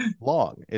Long